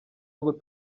ngo